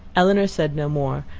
elinor said no more,